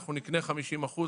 אנחנו נקנה 50%,